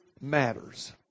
matters